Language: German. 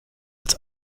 als